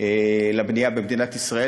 לבנייה במדינת ישראל,